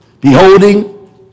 beholding